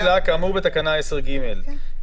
יראו כאילו בתקנה 7 בתקנת משנה (ג)(1),